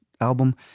album